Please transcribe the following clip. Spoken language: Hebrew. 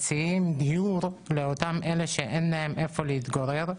שמציעים דיור לאלה שאין להם איפה להתגורר,